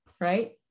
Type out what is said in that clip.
right